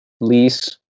lease